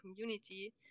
community